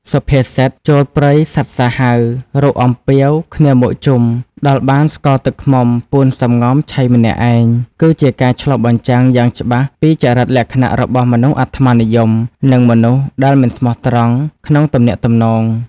សុភាសិត «ចូលព្រៃសត្វសាហាវ រកអំពាវគ្នាមកជុំ ដល់បានស្ករទឹកឃ្មុំ ពួនសំងំឆីម្នាក់ឯង» គឺជាការឆ្លុះបញ្ចាំងយ៉ាងច្បាស់ពីចរិតលក្ខណៈរបស់មនុស្សអាត្មានិយម និងមនុស្សដែលមិនស្មោះត្រង់ក្នុងទំនាក់ទំនង។